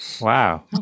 Wow